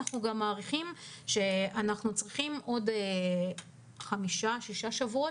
אנחנו גם מעריכים שאנחנו צריכים עוד חמישה-שישה שבועות,